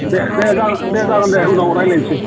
दे दे जागोन दे उनाव रायज्लायनोसै